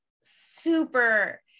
super